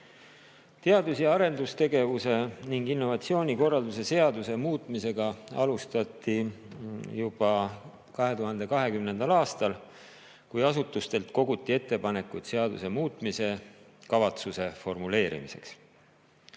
Teadus- ja arendustegevuse ning innovatsiooni korralduse seaduse muutmist alustati juba 2020. aastal, kui asutustelt koguti ettepanekuid seaduse muutmise kavatsuse formuleerimiseks.